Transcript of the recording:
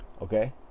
okay